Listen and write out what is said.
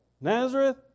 Nazareth